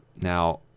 Now